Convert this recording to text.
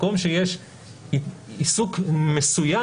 מקום שבו יש עיסוק מסוים,